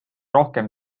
rohkem